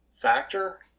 factor